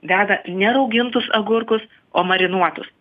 deda ne raugintus agurkus o marinuotus